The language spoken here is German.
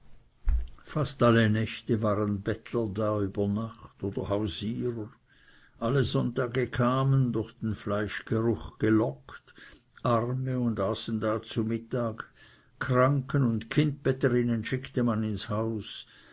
fast alle nächte waren bettler da über nacht oder hausierer alle sonntage kamen durch den fleischgeruch gelockt arme und aßen da zu mittag kranken und kindbetterinnen schickte man ins haus